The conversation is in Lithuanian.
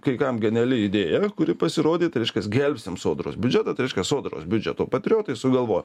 kai kam geniali idėja kuri pasirodė tai reiškias gelbstim sodros biudžetą tai reiškias sodros biudžeto patriotai sugalvojo